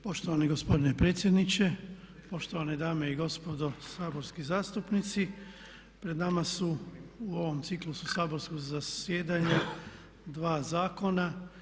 Poštovani gospodine predsjedniče, poštovane dame i gospodo saborski zastupnici pred nama su u ovom ciklusu saborskog zasjedanja dva zakona.